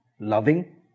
loving